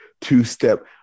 two-step